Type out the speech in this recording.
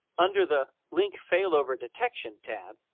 under the link failover detection tab,